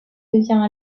devint